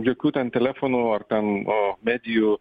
jokių ten telefonų ar ten o medijų